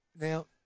Now